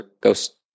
ghost